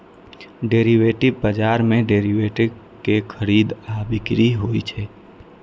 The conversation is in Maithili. डेरिवेटिव बाजार मे डेरिवेटिव के खरीद आ बिक्री होइ छै